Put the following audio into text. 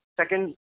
second